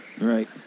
Right